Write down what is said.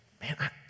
man